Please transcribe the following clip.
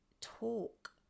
talk